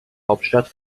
hauptstadt